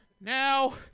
Now